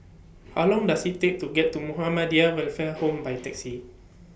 How Long Does IT Take to get to Muhammadiyah Welfare Home By Taxi